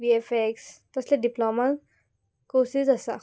बी F X तसले diploma courses आसा